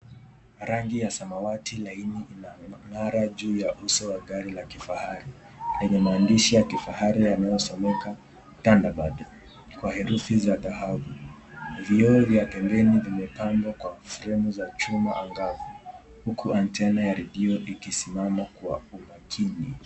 Rangi ya samawati laini inang'ara juu ya uso wa gari la kifahari, lenye maandishi ya kifahari yanayosomeka Thunderbird kwa herufi za dhahabu. Vioo vya pembeni vimepambwa kwa fremu za chuma angavu, huku antena ya redio ikisimama kwa umakini.